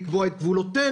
כדי לקבוע את גבולותינו.